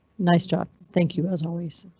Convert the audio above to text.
nice job. thank you as always.